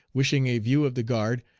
wishing a view of the guard,